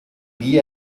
wie